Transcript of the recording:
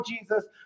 Jesus